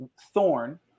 Thorn